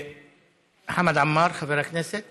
חבר הכנסת